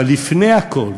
אבל לפני הכול,